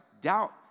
doubt